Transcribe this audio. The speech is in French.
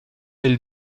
elle